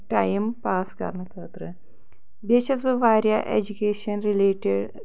time pass کَرنہٕ خٲطرٕ بیٚیہِ چھَس بہٕ واریاہ ایجوکیشَن رِلیٹِڈ